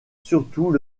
surtout